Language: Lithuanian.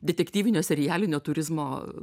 detektyvinio serialinio turizmo